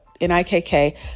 N-I-K-K